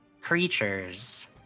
creatures